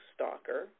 Stalker